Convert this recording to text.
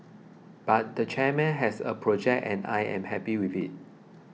but the chairman has a project and I am happy with it